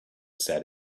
said